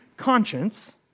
conscience